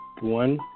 one